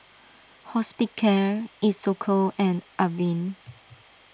Hospicare Isocal and Avene